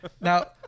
Now